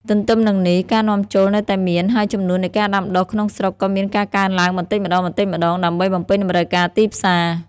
ទន្ទឹមនឹងនេះ ការនាំចូលនៅតែមាន ហើយចំនួននៃការដាំដុះក្នុងស្រុកក៏មានការកើនឡើងបន្តិចម្តងៗដើម្បីបំពេញតម្រូវការទីផ្សារ។